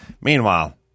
Meanwhile